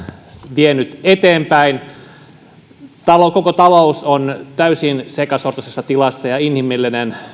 vienyt eteenpäin koko talous on täysin sekasortoisessa tilassa ja inhimillinen